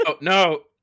no